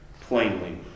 plainly